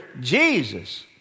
Jesus